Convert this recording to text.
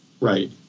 right